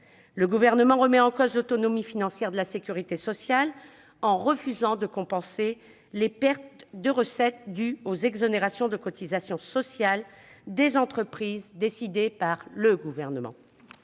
Le Gouvernement remet en cause l'autonomie financière de la sécurité sociale en refusant de compenser les pertes de recettes dues aux exonérations de cotisations sociales des entreprises qu'il a lui-même